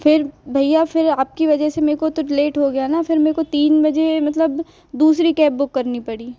फिर भैया फिर आपकी वजह से मेको तो लेट हो गया न फिर मेको तीन बजे मतलब दूसरी कैब बुक करनी पड़ी